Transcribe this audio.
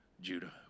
Judah